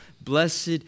Blessed